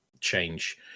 change